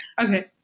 Okay